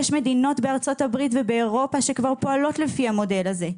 יש מדינות בארצות הברית ובאירופה שכבר פועלות לפי המודל הזה.